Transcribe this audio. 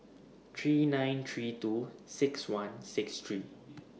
three nine three two six one six three